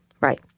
Right